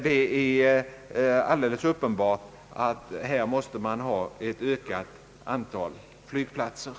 Det är alldeles uppenbart att inom detta område måste tillskapas ett ökat antal flygplatser.